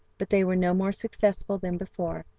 but they were no more successful than before,